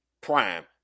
prime